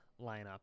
lineup